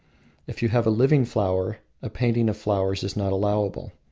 if you have a living flower, a painting of flowers is not allowable.